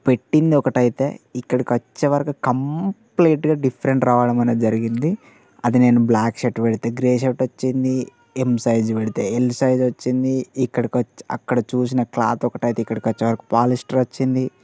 పెట్టింది ఒకటైతే ఇక్కడికి వచ్చేవరకు కంప్లీట్గా డిఫరెంట్ రావడం అనేది జరిగింది అది నేను బ్లాక్ షర్ట్ పెడితే గ్రే షర్ట్ వచ్చింది ఎమ్ సైజ్ పెడితే ఎల్ సైజ్ వచ్చింది ఇక్కడకు అక్కడ చూసిన క్లాత్ ఒకటి అయితే ఇక్కడికి వచ్చేవరకు పాలిస్టర్ వచ్చింది